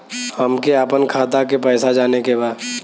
हमके आपन खाता के पैसा जाने के बा